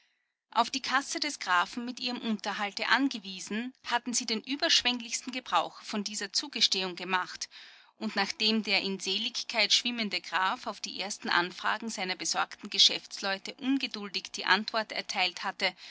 auf die kasse des grafen mit ihrem unterhalte angewiesen hatten sie den überschwenglichsten gebrauch von dieser zugestehung gemacht und nachdem der in seligkeit schwimmende graf auf die ersten anfragen seiner besorgten geschäftsleute ungeduldig die antwort erteilt hatte